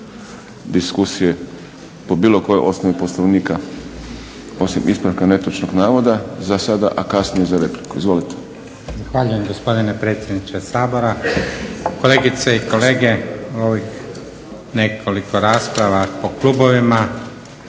diskusije po bilo kojoj osnovi Poslovnika osim ispravka netočnog navoda za sada a kasnije za repliku. Izvolite. **Linić, Slavko (SDP)** Zahvaljujem, gospodine predsjedniče Sabora. Kolegice i kolege. U ovih nekoliko rasprava po klubovima